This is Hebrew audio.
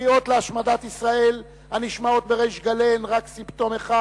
הקריאות להשמדת מדינת ישראל הנשמעות בריש גלי הן רק סימפטום אחד